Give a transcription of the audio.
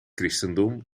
christendom